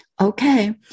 Okay